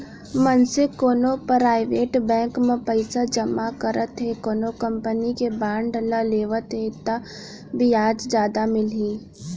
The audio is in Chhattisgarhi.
मनसे कोनो पराइवेट बेंक म पइसा जमा करत हे कोनो कंपनी के बांड ल लेवत हे ता बियाज जादा मिलही